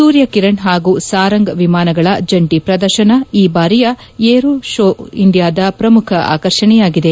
ಸೂರ್ಯ ಕಿರಣ್ ಹಾಗೂ ಸಾರಂಗ್ ವಿಮಾನಗಳ ಜಂಟಿ ಪ್ರದರ್ಶನ ಈ ಬಾರಿಯ ಏರೋ ಇಂಡಿಯಾದ ಪ್ರಮುಖ ಆಕರ್ಷಣೆಯಾಗಿದೆ